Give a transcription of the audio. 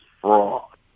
fraud